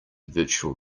virtual